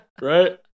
Right